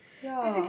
ya